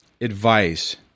Advice